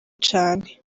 cane